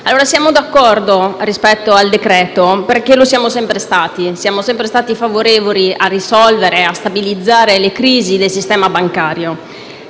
Italia. Siamo d'accordo rispetto al decreto-legge, perché lo siamo sempre stati: siamo sempre stati favorevoli a risolvere e a stabilizzare le crisi del sistema bancario,